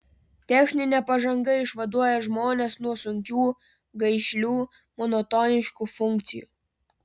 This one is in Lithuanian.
techninė pažanga išvaduoja žmones nuo sunkių gaišlių monotoniškų funkcijų